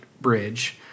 bridge